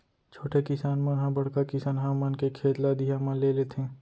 छोटे किसान मन ह बड़का किसनहा मन के खेत ल अधिया म ले लेथें